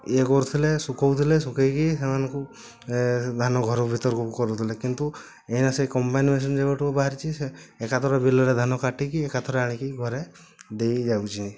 ଇଏ କରୁଥିଲେ ସୁକୋଉ ଥିଲେ ସୁକାଇକି ସେମାନକୁ ଧାନ ଘର ଭିତରକୁ କରୁଥିଲେ କିନ୍ତୁ ଏଇନା ସେ କମ୍ବାଇନ୍ ମେସିନ୍ ଯେବେଠୁ ବାହାରିଛି ଏକାଥରେ ବିଲରେ ଧାନ କାଟିକି ଏକାଥରେ ଆଣିକି ଘରେ ଦେଇକି ଯାଉଛି